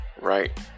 right